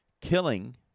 killing